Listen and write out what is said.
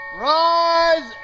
Rise